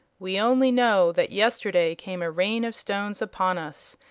we only know that yesterday came a rain of stones upon us,